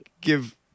give